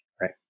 right